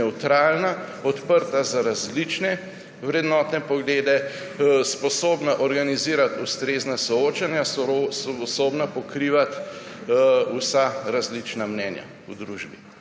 odprta za različne vrednotne poglede, sposobna organizirati ustrezna soočanja, sposobna pokrivati vsa različna mnenja v družbi.